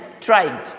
tried